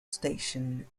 station